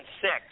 six